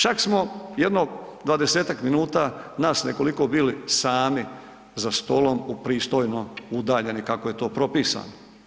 Čak smo jedno 20-tak minuta nas nekoliko bili sami za stolom u pristojno udaljeni kako je to propisano.